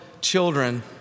children